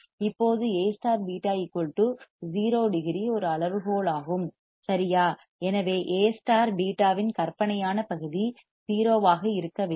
இப்போது A β 0 degree ஒரு அளவுகோலாகும் சரியா எனவே A β இன் கற்பனையான பகுதி 0 ஆக இருக்க வேண்டும்